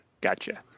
Gotcha